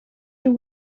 you